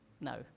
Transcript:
No